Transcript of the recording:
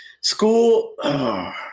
school